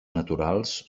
naturals